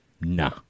Nah